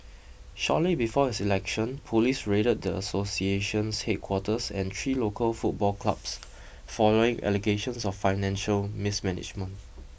shortly before his election police raided the association's headquarters and three local football clubs following allegations of financial mismanagement